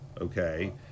okay